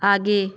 आगे